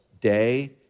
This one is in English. day